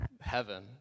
heaven